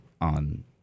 on